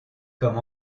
comme